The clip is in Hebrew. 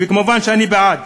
וכמובן שאני בעד.